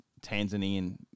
Tanzanian